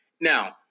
Now